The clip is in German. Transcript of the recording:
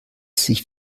sich